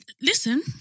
listen